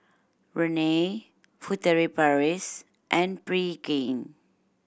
Rene Furtere Paris and Pregain